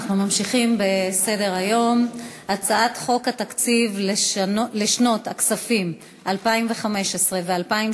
אנחנו ממשיכים בסדר-היום: הצעת חוק התקציב לשנות התקציב 2015 ו-2016,